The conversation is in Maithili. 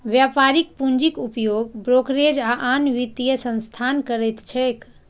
व्यापारिक पूंजीक उपयोग ब्रोकरेज आ आन वित्तीय संस्थान करैत छैक